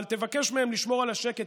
אבל תבקש מהם לשמור על השקט,